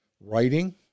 writing